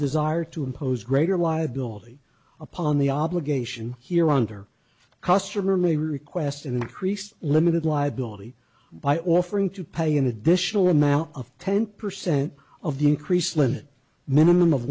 desire to impose greater liability upon the obligation here under customer may request increased limited liability by offering to pay an additional amount of ten percent of the increased limit minimum of